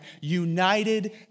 united